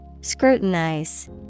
Scrutinize